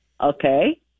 okay